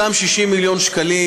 אותם 60 מיליון שקלים,